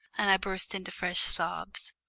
and i burst into fresh sobs.